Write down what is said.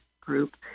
group